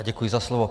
Děkuji za slovo.